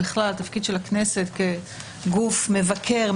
בכלל התפקיד של הכנסת כגוף מבקר,